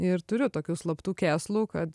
ir turiu tokių slaptų kėslų kad